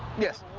yes,